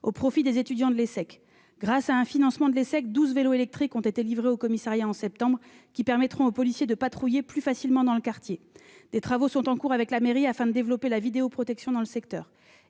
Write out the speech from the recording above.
au profit des étudiants de l'Essec. Grâce à un financement de l'école, douze vélos électriques ont été livrés au commissariat en septembre dernier : ils permettront aux policiers de patrouiller plus facilement dans le quartier. Des travaux sont en cours avec la mairie, afin de développer la vidéoprotection dans le secteur.